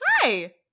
Hi